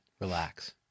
Relax